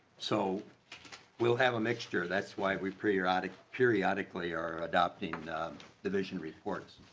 so we'll have a mixture that's why we pree erotic periodically are adopting a the vision reports.